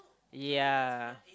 ya